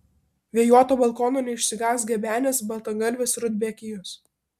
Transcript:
vėjuoto balkono neišsigąs gebenės baltagalvės rudbekijos